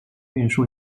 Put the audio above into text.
运输